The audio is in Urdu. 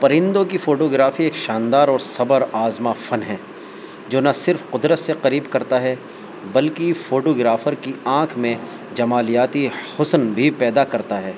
پرندوں کی فوٹو گرافی ایک شاندار اور صبر آزما فن ہے جو نہ صرف قدرت سے قریب کرتا ہے بلکہ فوٹو گرافر کی آنکھ میں جمالیاتی حسن بھی پیدا کرتا ہے